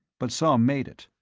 but some made it,